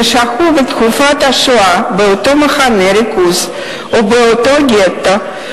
ששהו בתקופת השואה באותו מחנה ריכוז או באותו גטו,